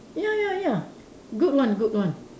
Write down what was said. ya ya ya good one good one